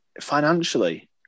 financially